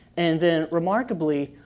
and then remarkably,